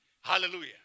Hallelujah